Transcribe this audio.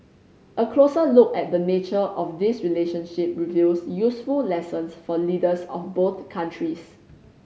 a closer look at the nature of this relationship reveals useful lessons for leaders of both countries